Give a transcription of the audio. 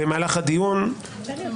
בנוגע לנוסח הצעת ההחלטה,